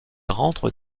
rentre